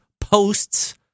posts